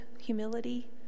humility